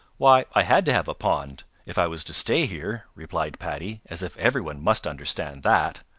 why, i had to have a pond, if i was to stay here, replied paddy, as if every one must understand that.